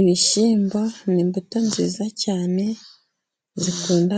Ibishyimbo ni imbuto nziza cyane zikunda